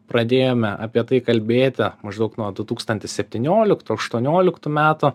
pradėjome apie tai kalbėti maždaug nuo du tūkstantis septynioliktų aštuonioliktų metų